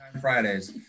fridays